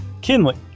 kinley